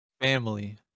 Family